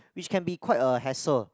which can be quite a hassle